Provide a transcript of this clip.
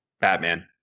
Batman